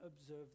observe